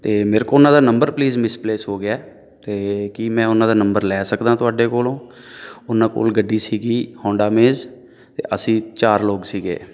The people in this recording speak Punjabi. ਅਤੇ ਮੇਰੇ ਕੋਲ ਉਹਨਾਂ ਦਾ ਨੰਬਰ ਪਲੀਜ਼ ਮਿਸਪਲੇਸ ਹੋ ਗਿਆ ਅਤੇ ਕੀ ਮੈਂ ਉਹਨਾਂ ਦਾ ਨੰਬਰ ਲੈ ਸਕਦਾ ਤੁਹਾਡੇ ਕੋਲੋਂ ਉਹਨਾਂ ਕੋਲ ਗੱਡੀ ਸੀਗੀ ਹੋਂਡਾ ਮੇਜ਼ ਅਤੇ ਅਸੀਂ ਚਾਰ ਲੋਕ ਸੀਗੇ